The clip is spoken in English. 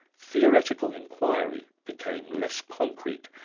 theoretical inquiry became less concrete,